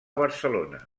barcelona